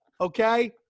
Okay